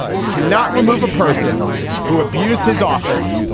we cannot remove a person who abused his office.